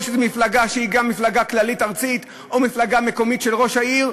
או שזו מפלגה שהיא גם מפלגה כללית ארצית או מפלגה מקומית של ראש העיר,